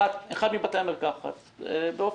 הכנסת נתנה אז שלושה חודשים ליישום החוק,